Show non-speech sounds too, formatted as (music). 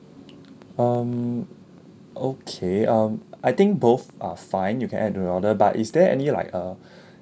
um okay um I think both are fine you can add the order but is there any like a (breath)